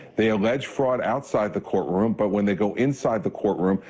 they allege fraud outside the courtroom, but when they go inside the courtroom,